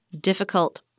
difficult